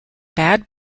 bad